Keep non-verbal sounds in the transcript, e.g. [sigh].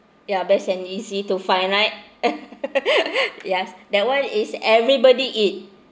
ya best and easy to find right [laughs] yes that one is everybody eat